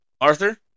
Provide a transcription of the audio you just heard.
Arthur